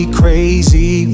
crazy